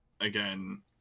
again